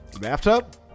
bathtub